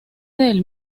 del